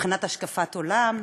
מבחינת השקפת עולם.